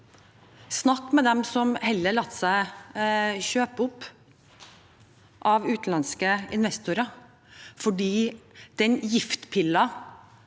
og med dem som heller lar seg kjøpe opp av utenlandske investorer fordi den giftpillen